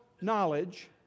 knowledge